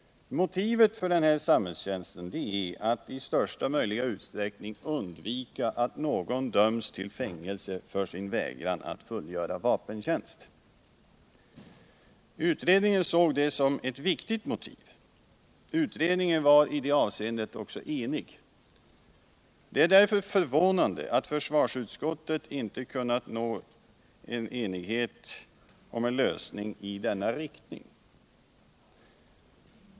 Motivet för denna samhällstjänst är att man i största möjliga utsträckning skall undvika att någon döms till fängelsestraff för sin vägran att fullgöra vapentjänst. Utredningen ansåg detta som ett viktigt motiv. Utredningen var i det avseendet också enig. Det är därför förvånande att försvarsutskottet inte kunnat nå enighet om en lösning i denna riktning.